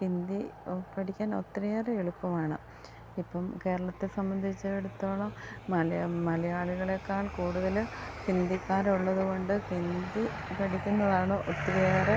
ഹിന്ദി പഠിക്കാൻ ഒത്തിരിയേറെ എളുപ്പ മാണ് ഇപ്പം കേരളത്തെ സംബന്ധിച്ചിടത്തോളം മലയാളികളേക്കാൾ കൂടുതൽ ഹിന്ദിക്കാരുള്ളത് കൊണ്ട് ഹിന്ദി പഠിക്കുന്നതാണ് ഒത്തിരിയേറെ